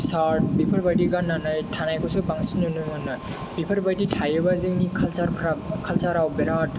shirt बेफोरबायदि गाननानै थानायखौसो बांसिन नुनो मोनो बेफोरबायदि थायोबा जोंनि काल्चाराव बिरात